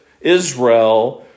Israel